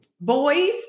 boys